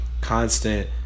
constant